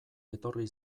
etorri